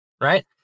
right